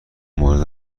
مرده